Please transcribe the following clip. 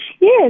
Yes